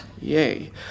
Yay